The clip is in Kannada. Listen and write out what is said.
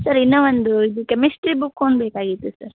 ಸರ್ ಇನ್ನು ಒಂದು ಇದು ಕೆಮಿಸ್ಟ್ರಿ ಬುಕ್ ಒಂದು ಬೇಕಾಗಿತ್ತು ಸರ್